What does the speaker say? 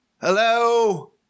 Hello